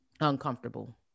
uncomfortable